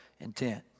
intent